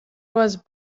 was